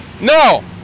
No